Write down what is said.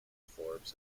forbes